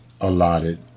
allotted